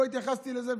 לא התייחסתי לזה,